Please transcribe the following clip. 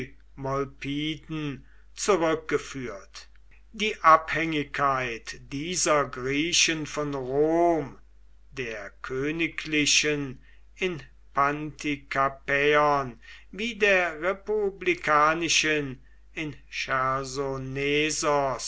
zurückgeführt die abhängigkeit dieser griechen von rom der königlichen in pantikapäon wie der republikanischen in